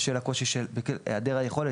בשל היעדר היכולת,